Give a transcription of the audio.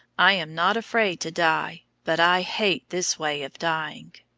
i am not afraid to die, but i hate this way of dying.